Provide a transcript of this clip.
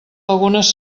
algunes